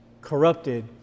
corrupted